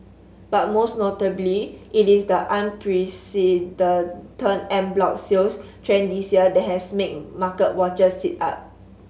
but most notably it is the unprecedented en bloc sales trend this year that has made market watchers sit up